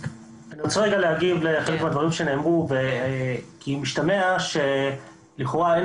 אני רוצה להגיב לדברים שנאמרו כי משתמע שלכאורה אין